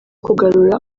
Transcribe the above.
kugarura